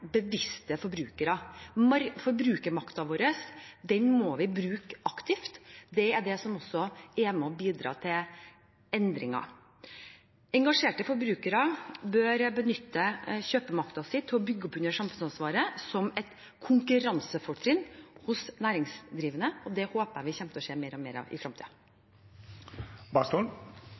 må vi bruke aktivt. Det er det som også er med og bidrar til endringer. Engasjerte forbrukere bør benytte kjøpemakten sin til å bygge opp under samfunnsansvaret som et konkurransefortrinn hos næringsdrivende, og det håper jeg vi kommer til å se mer og mer av i